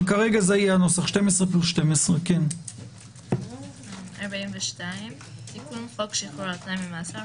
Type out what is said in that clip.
כרגע זה יהיה הנוסח 12 ועוד 12. תיקון חוק שחרור על תנאי ממאסר,